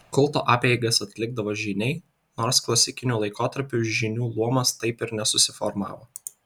kulto apeigas atlikdavo žyniai nors klasikiniu laikotarpiu žynių luomas taip ir nesusiformavo